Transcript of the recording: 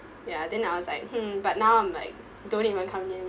ya then I was like hmm but now I'm like don't even come near me